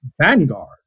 vanguard